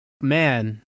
man